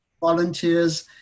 volunteers